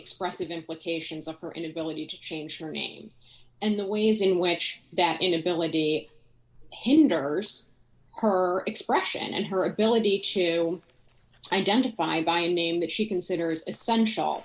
expressive implications of her inability to change her name and the ways in which that ability hinders her expression and her ability to identify by name that she considers essential